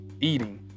eating